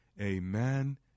Amen